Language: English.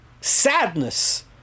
sadness